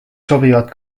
sobivad